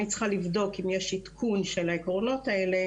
צריכה לבדוק אם יש עדכון של העקרונות האלה,